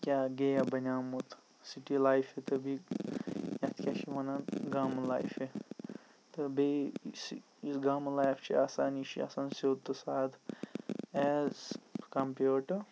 کیاہ گیم بَنِیومُت سِٹی لایفہِ تہٕ بیٚیہ یِتھ کیاہ چھ وَنان گامہٕ لایفہِ تہٕ بیٚیہ یُس گامہٕ لایِف چھ آسان یہِ چھ آسان سیٚود تہٕ سادٕ ایز کَمپِیٲڈ ٹُوٚ